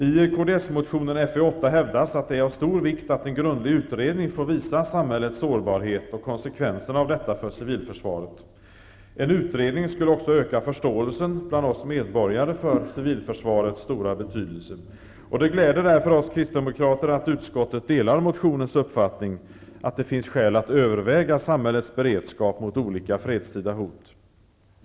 I Kds-motionen Fö8 hävdas det att det är av stor vikt att en grundlig utredning får visa på samhällets sårbarhet och konsekvenserna härav för civilförsvaret. En utredning skulle också innebära ökad förståelse bland oss medborgare för civilförsvarets stora betydelse. Det gläder därför oss kristdemokrater att utskottet delar motionärernas uppfattning att det finns skäl att överväga samhällets beredskap mot olika fredstida hot.